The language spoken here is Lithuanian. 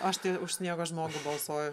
aš tai už sniego žmogų balsuoju